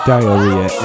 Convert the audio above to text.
Diarrhea